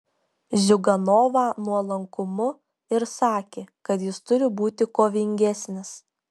ziuganovą nuolankumu ir sakė kad jis turi būti kovingesnis